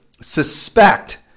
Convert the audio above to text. suspect